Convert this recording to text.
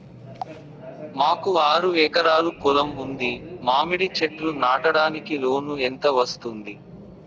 మాకు ఆరు ఎకరాలు పొలం ఉంది, మామిడి చెట్లు నాటడానికి లోను ఎంత వస్తుంది?